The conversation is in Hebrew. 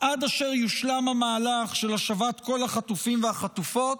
עד אשר יושלם המהלך של השבת כל החטופים והחטופות,